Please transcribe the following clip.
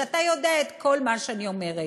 כשאתה יודע את כל מה שאני אומרת,